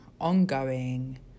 ongoing